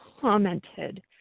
commented